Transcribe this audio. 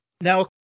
Now